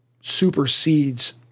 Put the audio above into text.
supersedes